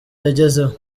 yagezeho